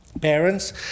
parents